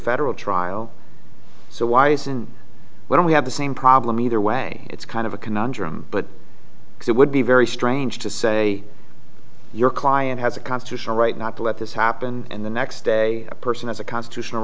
federal trial so why isn't when we have the same problem either way it's kind of a conundrum but it would be very strange to say your client has a constitutional right not to let this happen and the next day a person has a constitutional